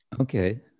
Okay